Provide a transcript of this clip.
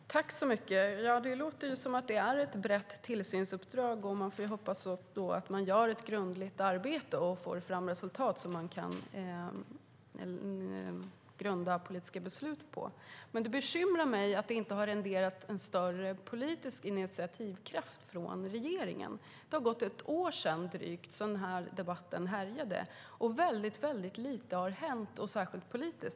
Herr talman! Tack så mycket, justitieministern! Det låter som om det är ett brett tillsynsuppdrag. Vi får hoppas att man gör ett grundligt arbete och får fram resultat som det går att grunda politiska beslut på. Men det bekymrar mig att det inte har renderat en större politisk initiativkraft från regeringens sida. Det har gått drygt ett år sedan debatten härjade, och väldigt lite har hänt - särskilt politiskt.